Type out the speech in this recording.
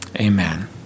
amen